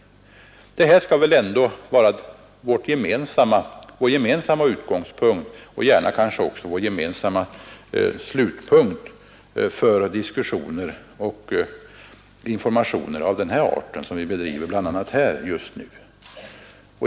Detta skall väl ändå vara vår gemensamma utgångspunkt och gärna kanske också vår gemensamma slutpunkt för diskussioner och informationer av den art, som vi bl.a. bedriver här just nu.